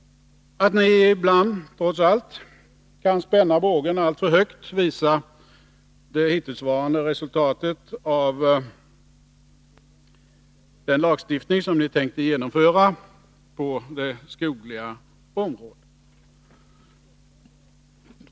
Att ni ibland, trots allt, kan spänna bågen alltför högt visar det hittillsvarande resultatet av den lagstiftning som ni tänkte genomföra på det skogliga området.